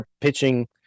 pitching